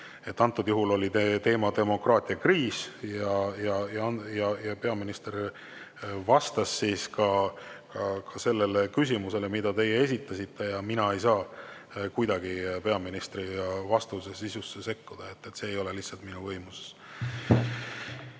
Antud juhul oli teema demokraatia kriis ja peaminister vastas ka sellele küsimusele, mida teie esitasite. Mina ei saa kuidagi peaministri vastuse sisusse sekkuda, see ei ole lihtsalt minu võimuses.